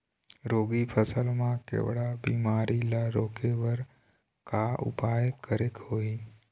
रागी फसल मा केवड़ा बीमारी ला रोके बर का उपाय करेक होही?